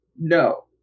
No